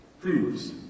proves